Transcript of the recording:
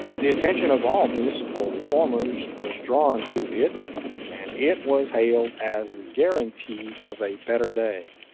the attention of all municipal reformers was drawn to it and it was hailed as the guarantee of a better day.